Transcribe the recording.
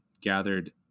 gathered